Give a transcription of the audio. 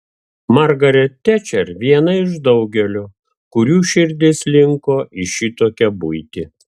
margaret tečer viena iš daugelio kurių širdis linko į šitokią buitį